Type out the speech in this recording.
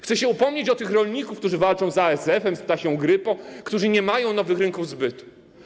Chcę się upomnieć o tych rolników, którzy walczą z ASF-em, z ptasią grypą, którzy nie mają nowych rynków zbytu.